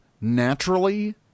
naturally